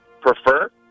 Prefer